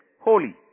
holy